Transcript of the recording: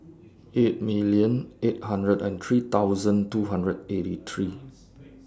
eight million eight hundred and three thousand two hundred eighty three